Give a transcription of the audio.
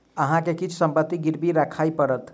अहाँ के किछ संपत्ति गिरवी राखय पड़त